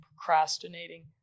procrastinating